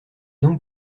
donc